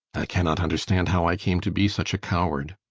i cannot understand how i came to be such a coward.